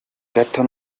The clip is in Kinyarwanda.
gato